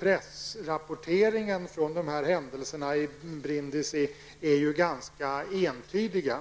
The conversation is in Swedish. Pressrapporteringen från händelserna i Brindisi är ganska entydiga.